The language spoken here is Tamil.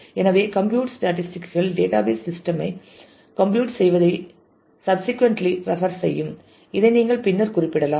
எனவே கம்ப்யூட் ஸ்டேட்டிஸ்டிக்ஸ் கள் டேட்டாபேஸ் சிஸ்டம் ஐ கம்ப்யூட் செய்வதை ஸப்ஸிக்கொன்டிலி ரெபர் செய்யும் இதை நீங்கள் பின்னர் குறிப்பிடலாம்